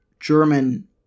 German